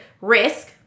Risk